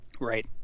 right